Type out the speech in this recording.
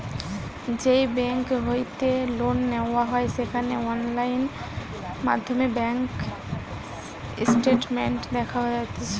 যেই বেংক হইতে লোন নেওয়া হয় সেখানে অনলাইন মাধ্যমে ব্যাঙ্ক স্টেটমেন্ট দেখা যাতিছে